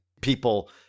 people